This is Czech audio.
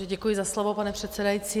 Děkuji za slovo, pane předsedající.